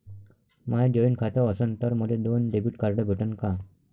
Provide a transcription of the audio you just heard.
माय joint खातं असन तर मले दोन डेबिट कार्ड भेटन का?